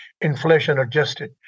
inflation-adjusted